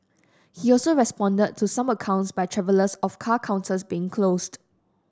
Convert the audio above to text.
he also responded to some accounts by travellers of car counters being closed